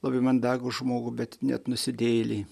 labai mandagų žmogų bet net nusidėjėlį